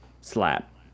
slap